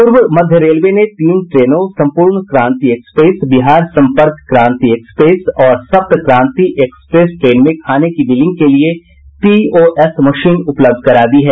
पूर्व मध्य रेलवे ने तीन ट्रेनों सम्पूर्ण क्रांति एक्सप्रेस बिहार सम्पर्क क्रांति एक्सप्रेस और सप्तक्रांति एक्सप्रेस ट्रेन में खाने की बिलिंग के लिए पीओएस मशीन उपलब्ध करा दी है